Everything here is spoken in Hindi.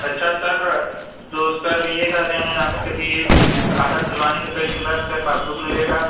अच्छा सर तो सर ये कह रहे हैं आपसे कि खाता खुलवाने के कई दिन बाद सर पासबुक मिलेगा